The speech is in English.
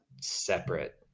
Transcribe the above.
separate